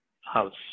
house